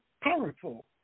powerful